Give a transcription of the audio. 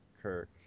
Kirk